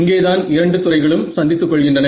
இங்கேதான் இரண்டு துறைகளும் சந்தித்துக் கொள்கின்றன